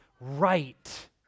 right